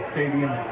Stadium